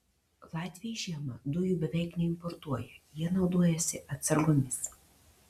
latviai žiemą dujų beveik neimportuoja jie naudojasi atsargomis